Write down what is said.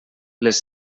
les